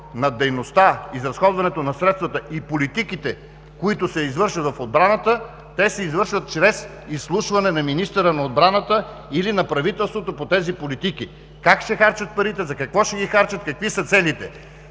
над дейността, изразходването на средствата и политиките, които се извършват в отбраната, те се извършват чрез изслушване на министъра на отбраната или на правителството по тези политики – как ще харчат парите, за какво ще ги харчат, какви са целите.